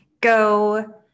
go